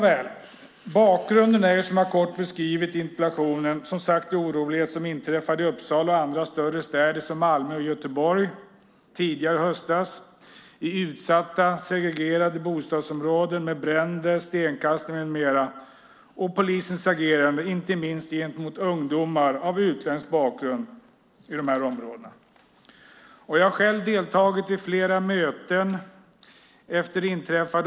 Bakgrunden är, som jag kort beskrivit i interpellationen, de oroligheter som inträffade i Uppsala och andra större städer som Malmö och Göteborg tidigare i höstas. Det handlar om bränder, stenkastning med mera i utsatta och segregerade bostadsområden och polisens agerande inte minst gentemot ungdomar med utländsk bakgrund i dessa områden. Jag har själv deltagit i flera möten efter det inträffade.